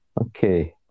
Okay